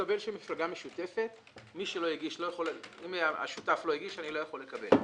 מקבל שבמפלגה משותפת אם השותף לא הגיש אני לא יכול לקבל,